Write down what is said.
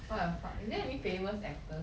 what the fuck is there any famous actor